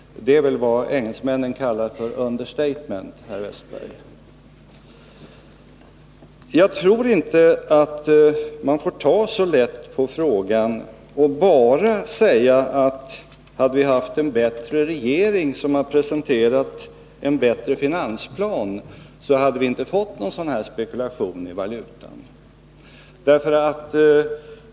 Det är väl vad engelsmännen kallar för ett understatement, herr Wästberg? Jag tror inte att man får ta så lätt på frågan att man bara säger att hade vi haft en bättre regering, som hade presenterat en bättre finansplan, så hade vi inte fått någon spekulation i valutan.